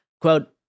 Quote